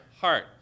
heart